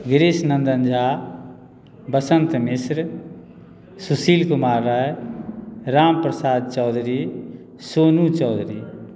Girish Nandan Jha Basant Mishra Sushil Kumar Rai Ram Prasad Chaudhary Sonu Chaudhary